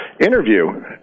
interview